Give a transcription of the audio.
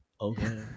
okay